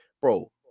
Bro